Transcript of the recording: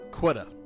Quetta